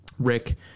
Rick